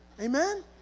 Amen